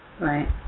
Right